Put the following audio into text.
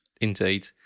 Indeed